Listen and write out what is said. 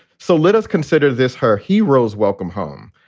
so let us consider this her hero's welcome home,